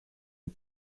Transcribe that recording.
aux